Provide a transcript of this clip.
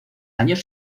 años